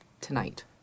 tonight